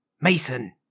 Mason